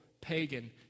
pagan